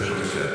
בבקשה.